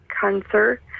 cancer